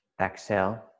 exhale